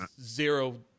zero